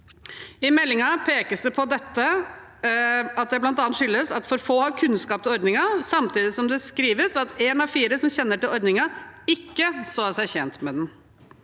I meldingen pekes det på at det bl.a. skyldes at for få har kunnskap om ordningen, samtidig som det skrives at én av fire som kjenner til ordningen, ikke har sett seg tjent med den.